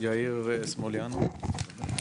יאיר סמוליאנוב.